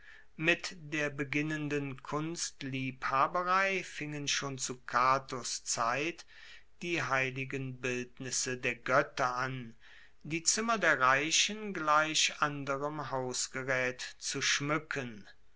mit der beginnenden kunstliebhaberei fingen schon zu catos zeit die heiligen bildnisse der goetter an die zimmer der reichen gleich anderem hausgeraet zu schmuecken